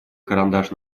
карандаш